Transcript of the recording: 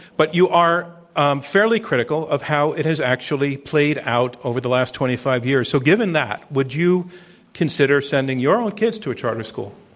but you are um fairly critical of how it has actually played out over the last twenty five years. so, given that, would you consider sending your own kids to a charter school?